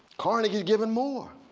carnegie's given more.